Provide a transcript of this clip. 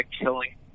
killing